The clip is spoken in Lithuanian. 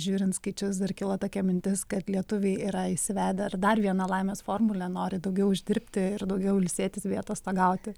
žiūrint skaičius dar kilo tokia mintis kad lietuviai yra įsivedę ir dar vieną laimės formulę nori daugiau uždirbti ir daugiau ilsėtis bei atostogauti